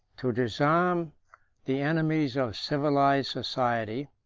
to disarm the enemies of civilized society,